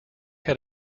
had